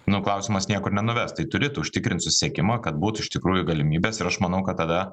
nu klausimas niekur nenuves tai turi tu užtikrint susisiekimą kad būtų iš tikrųjų galimybės ir aš manau kad tada